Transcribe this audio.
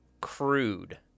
Crude